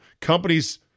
Companies